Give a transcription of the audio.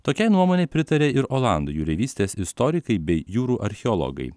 tokiai nuomonei pritarė ir olandų jūreivystės istorikai bei jūrų archeologai